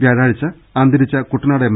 വ്യാഴാഴ്ച അന്തരിച്ച കുട്ടനാട് എം